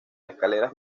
escaleras